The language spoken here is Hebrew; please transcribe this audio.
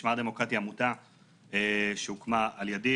משמר הדמוקרטיה זו עמותה שהוקמה על ידי,